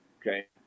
okay